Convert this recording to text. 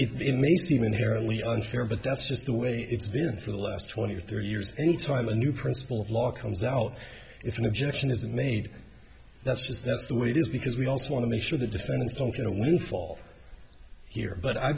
aligned it may seem inherently unfair but that's just the way it's been for the last twenty or thirty years any time a new principle of law comes out if an objection isn't made that's just that's the way it is because we also want to make sure the defendants don't get away fall here but i